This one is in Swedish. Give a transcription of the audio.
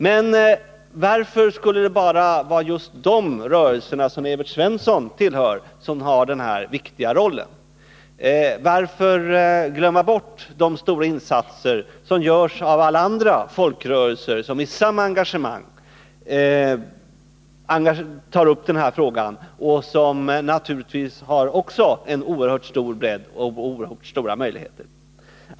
Men varför skulle det vara just de rörelser som Evert Svensson tillhör som har denna viktiga roll? Varför glömma bort de stora insatser som görs av alla andra folkrörelser som med samma engagemang tar upp denna fråga och som naturligtvis också har en oerhört stor bredd och stora möjligheter?